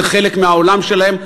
זה חלק מהעולם שלהם,